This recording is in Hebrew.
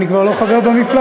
אני כבר לא חבר במפלגה.